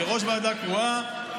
כראש ועדה קרואה,